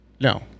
No